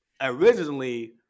Originally